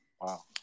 Wow